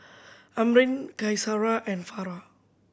Amrin Qaisara and Farah